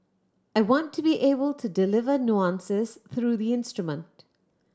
I want to be able to deliver nuances through the instrument